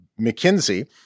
McKinsey